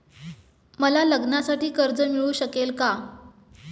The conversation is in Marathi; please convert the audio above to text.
मला लग्नासाठी कर्ज मिळू शकेल का?